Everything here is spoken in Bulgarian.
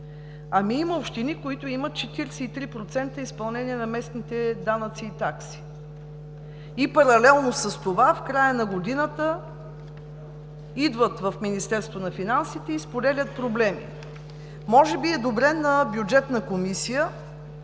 Има общини, които имат 43% изпълнение на местните данъци и такси и паралелно с това в края на годината идват в Министерството на финансите и споделят проблеми. Може би е добре на Бюджетна комисия